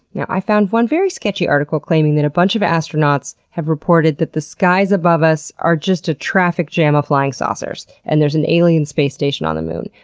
now, i found one very sketchy article claiming that a bunch of astronauts have reported that the skies above us are just a traffic jam of flying saucers and there's an alien space station on the moon,